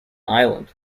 island